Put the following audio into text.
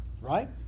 right